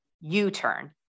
U-turn